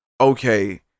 okay